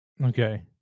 Okay